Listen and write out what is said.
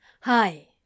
Hi